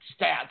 stats